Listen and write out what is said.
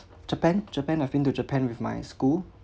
japan japan I've been to japan with my school